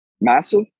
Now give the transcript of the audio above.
Massive